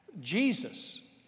Jesus